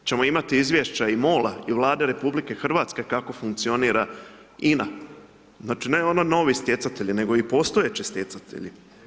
Hoćemo imati izvješća i MOL-a i Vlade RH kako funkcionira INA, znači, ne ono novi stjecatelji, nego i postojeći stjecatelji.